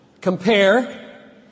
Compare